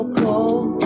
cold